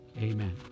amen